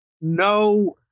no